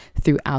throughout